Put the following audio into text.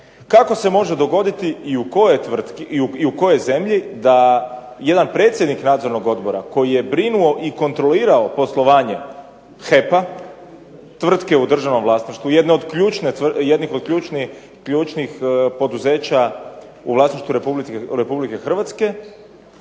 Kako se može dogoditi i u kojoj zemlji da jedan predsjednik nadzornog odbora koji je brinuo i kontrolirao poslovanje HEP-a, tvrtke u državnom vlasništvu, jedne od ključnih poduzeća u vlasništvu RH, postane